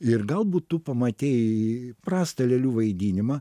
ir galbūt tu pamatei prastą lėlių vaidinimą